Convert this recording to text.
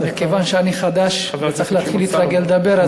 אבל כיוון שאני חדש ואני צריך להתחיל להתרגל לדבר,